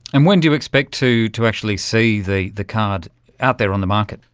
and when do you expect to to actually see the the card out there on the market?